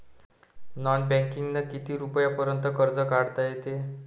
Non बँकिंगनं किती रुपयापर्यंत कर्ज काढता येते?